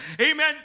Amen